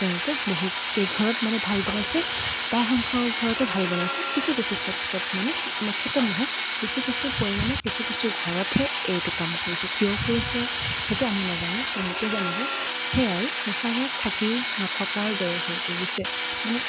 তেওঁলোকে বহু কেইঘৰত মানে ভাল বনাইছে প্ৰায়সংখ্যকৰ ঘৰতে ভাল বনাইছে কিছু কিছু ক্ষেত্ৰত মানে ক্ষেত্ৰত নহয় কিছু কিছু পৰিমাণে কিছু কিছু ঘৰতহে এইটো কাম কৰিছে কিয় কৰিছে সেইটো আমি নাজানো তেওঁলোকে জানিব সেয়া আৰু শৌচাগাৰ থাকিও নথকাৰ দৰে হৈ পৰিছে মানে